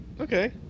Okay